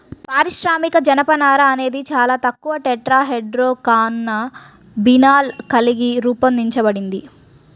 పారిశ్రామిక జనపనార అనేది చాలా తక్కువ టెట్రాహైడ్రోకాన్నబినాల్ కలిగి రూపొందించబడింది